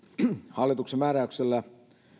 hallituksen määräyksellä